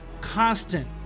constant